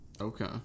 Okay